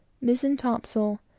mizzen-topsail